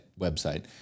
website